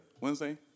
Wednesday